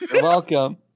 Welcome